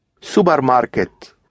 Supermarket